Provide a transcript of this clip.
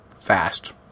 fast